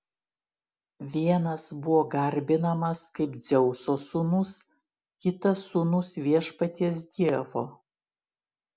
vienas buvo garbinamas kaip dzeuso sūnus kitas sūnus viešpaties dievo